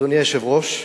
אדוני היושב-ראש,